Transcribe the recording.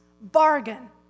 bargain